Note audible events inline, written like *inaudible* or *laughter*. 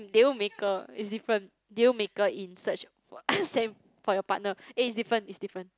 deal maker is different deal maker in search *noise* same for your partner eh it's different it's different